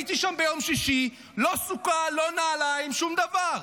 הייתי שם ביום שישי, לא סוכה, לא נעליים, שום דבר.